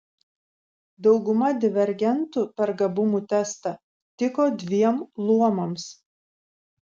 dauguma divergentų per gabumų testą tiko dviem luomams